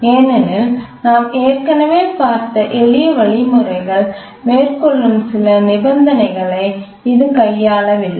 ஏனெனில் நாம் ஏற்கனவே பார்த்த எளிய வழிமுறைகள் மேற்கொள்ளும் சில நிபந்தனைகளை இது கையாளவில்லை